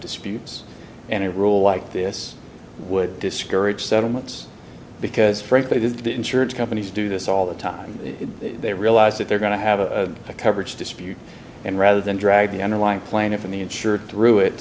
disputes and a rule like this would discourage settlements because frankly that the insurance companies do this all the time they realize that they're going to have a coverage dispute and rather than drag the underlying plaintiff in the insured through it